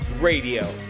Radio